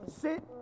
Sit